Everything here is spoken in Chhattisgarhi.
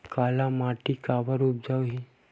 काला माटी उपजाऊ काबर हे?